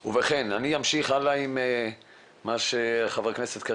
אני אמשיך הלאה עם מה שאמר חבר הכנסת.